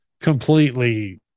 completely